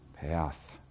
path